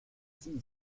vous